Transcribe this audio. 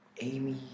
Amy